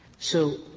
so,